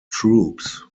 troops